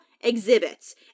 exhibits